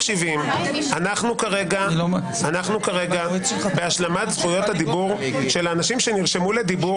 אנחנו כרגע בהשלמת זכויות הדיבור של האנשים שנרשמו לדיבור